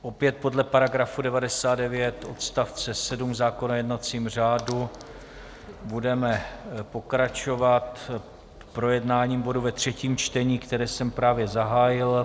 Opět podle § 99 odst. 7 zákona o jednacím řádu budeme pokračovat projednáním bodu ve třetím čtení, které jsem právě zahájil.